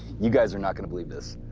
you guys are not gonna believe this.